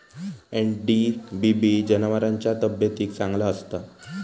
NDBB जनावरांच्या तब्येतीक चांगला असता